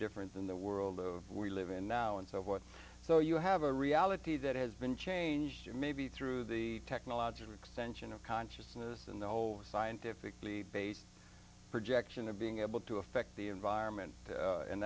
different than the world of we live in now and so forth so you have a reality that has been changed or maybe through the technological extension of consciousness and the whole scientifically based projection of being able to affect the environment